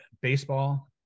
Baseball